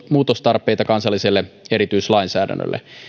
muutostarpeita kansalliselle erityislainsäädännölle